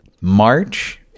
March